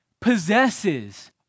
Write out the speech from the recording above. possesses